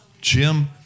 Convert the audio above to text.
Jim